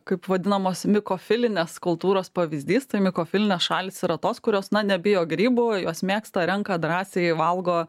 kaip vadinamos mikofilinės kultūros pavyzdys tai mikofilinės šalys yra tos kurios nebijo grybų juos mėgsta renka drąsiai valgo